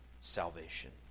salvation